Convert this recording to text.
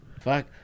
Fuck